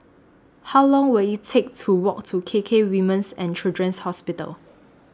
How Long Will IT Take to Walk to K K Women's and Children's Hospital